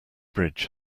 bridge